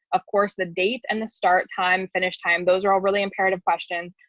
of course, the dates and the start time finish time. those are all really imperative questions.